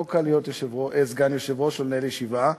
לא קל להיות סגן יושב-ראש ולנהל ישיבה.